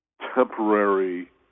temporary